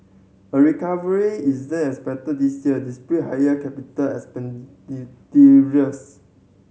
a recovery isn't expected this year despite higher capital